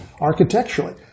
architecturally